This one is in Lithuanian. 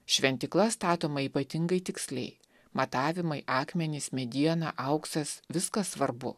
šventykla statoma ypatingai tiksliai matavimai akmenys mediena auksas viskas svarbu